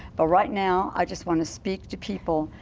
but right now i just want to speak to people.